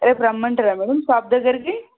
రేపు రమ్మంటారా madam shop దగ్గరికి